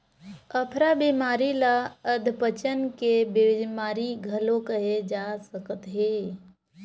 अफरा बेमारी ल अधपचन के बेमारी घलो केहे जा सकत हे